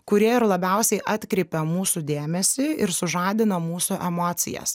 kurie ir labiausiai atkreipia mūsų dėmesį ir sužadina mūsų emocijas